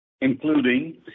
including